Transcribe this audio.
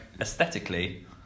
aesthetically